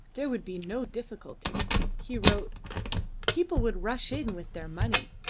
there would be no difficulties, he wrote people would rush in with their money.